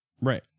right